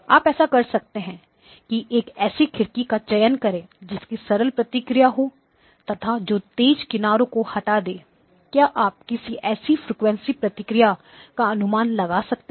आप ऐसा कर सकते हैं कि एक ऐसी खिड़की का चयन करें जिसकी सरल प्रतिक्रिया हो तथा जो तेज किनारों को हटा दें क्या आप किसी ऐसी फ्रिकवेंसी प्रतिक्रिया का अनुमान लगा सकते हैं